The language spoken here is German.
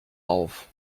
auf